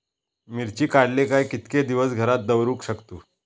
मिर्ची काडले काय कीतके दिवस घरात दवरुक शकतू?